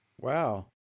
Wow